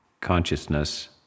consciousness